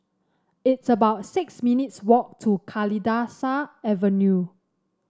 it's about six minutes' walk to Kalidasa Avenue